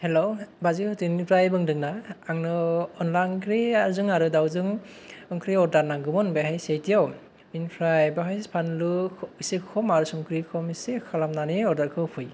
हेल' बाजै हटेलनिफ्राय बुंदोंना आंनो अनला ओंख्रिजों आरो दाउजों ओंख्रि अर्डार नांगौमोन बेहाय सि आइ टियाव बिनिफ्राय बावहाय बानलु एसे खम आरो संख्रि खम एसे खालामनानै अर्डारखौ होफै